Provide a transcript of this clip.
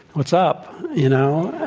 what's up? you know? yeah.